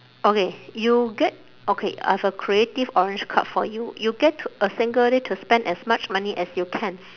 okay you get okay I have a creative orange card for you you get to a single day to spend as much money as you can